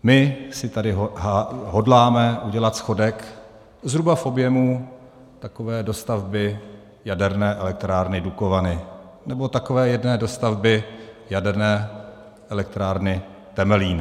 My si tady hodláme udělat schodek zhruba v objemu takové dostavby jaderné elektrárny Dukovany nebo takové jedné dostavby jaderné elektrárny Temelín.